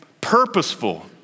purposeful